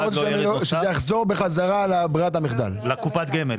שזה יחזור לברירת המחדל, לקופת הגמל.